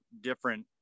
different